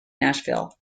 nashville